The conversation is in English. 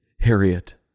Harriet